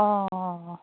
অ অ অ